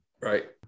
Right